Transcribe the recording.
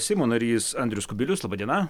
seimo narys andrius kubilius laba diena